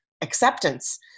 acceptance